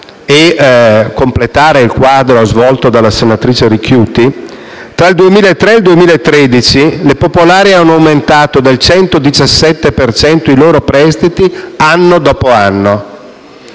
e completare il quadro svolto dalla senatrice Ricchiuti, dico che, tra il 2003 e il 2013, le popolari hanno aumentato del 117 per cento i loro prestiti, anno dopo anno;